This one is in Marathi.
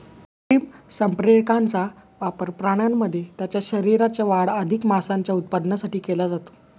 कृत्रिम संप्रेरकांचा वापर प्राण्यांमध्ये त्यांच्या शरीराची वाढ अधिक मांसाच्या उत्पादनासाठी केला जातो